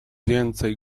więcej